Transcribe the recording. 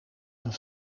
een